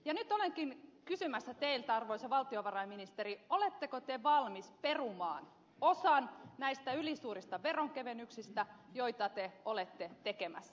nyt olenkin kysymässä teiltä arvoisa valtiovarainministeri oletteko te valmis perumaan osan näistä ylisuurista veronkevennyksistä joita te olette tekemässä